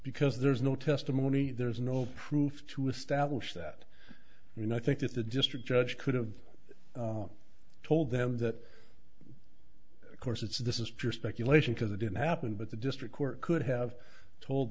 because there's no testimony there's no proof to establish that you know i think that the district judge could have told them that of course it's this is pure speculation because it didn't happen but the district court could have told